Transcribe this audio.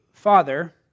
Father